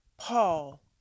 Paul